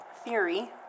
theory